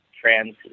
trans